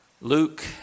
Luke